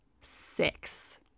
Six